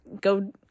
go